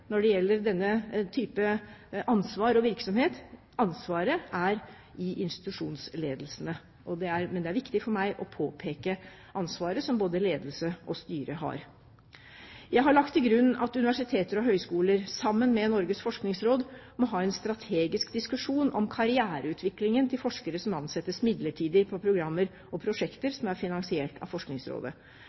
når det gjelder denne typen ansvar og virksomhet. Ansvaret er i institusjonsledelsen. Det er viktig for meg å påpeke ansvaret som både ledelse og styre har. Jeg har lagt til grunn at universiteter og høgskoler sammen med Norges forskningsråd må ha en strategisk diskusjon om karriereutviklingen til forskere som ansettes midlertidig på programmer og prosjekter som er finansiert av Forskningsrådet.